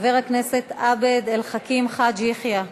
חבר הכנסת עבד אל חכים חאג' יחיא,